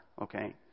okay